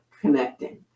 connecting